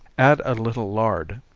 add a little lard.